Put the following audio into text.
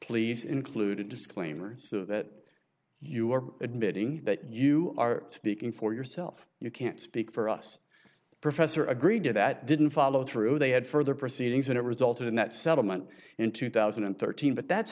please include a disclaimer so that you are admitting that you are speaking for yourself you can't speak for us professor agreed to that didn't follow through they had further proceedings that resulted in that settlement in two thousand and thirteen but that's